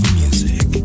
music